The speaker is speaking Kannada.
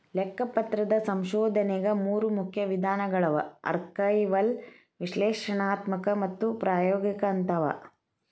ಲೆಕ್ಕಪತ್ರದ ಸಂಶೋಧನೆಗ ಮೂರು ಮುಖ್ಯ ವಿಧಾನಗಳವ ಆರ್ಕೈವಲ್ ವಿಶ್ಲೇಷಣಾತ್ಮಕ ಮತ್ತು ಪ್ರಾಯೋಗಿಕ ಅಂತವ